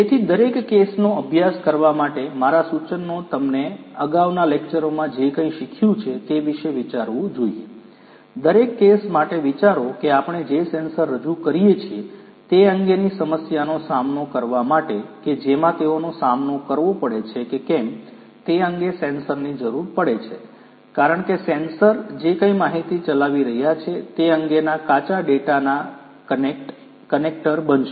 તેથી દરેક કેસનો અભ્યાસ કરવા માટે મારા સૂચનનો તમને અગાઉના લેકચરોમાં જે કંઇ શીખ્યું છે તે વિશે વિચારવું જોઈએ દરેક કેસ માટે વિચારો કે આપણે જે સેન્સર રજૂ કરીએ છીએ તે અંગેની સમસ્યાનો સામનો કરવા માટે કે જેમાં તેઓનો સામનો કરવો પડે છે કે કેમ તે અંગે સેન્સરની જરૂર પડે છે કારણ કે સેન્સર જે કાંઈ માહિતી ચલાવી રહ્યા છે તે અંગેના કાચા ડેટાના કનેક્ટર બનશે